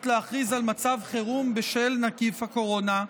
להכריז על מצב חירום בשל נגיף הקורונה,